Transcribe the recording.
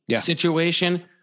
situation